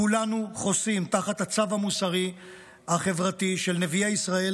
כולנו חוסים תחת הצו המוסרי-החברתי של נביאי ישראל,